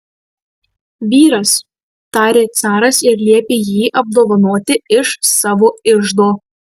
vyras tarė caras ir liepė jį apdovanoti iš savo iždo